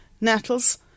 nettles